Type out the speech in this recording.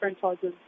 franchises